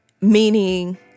meaning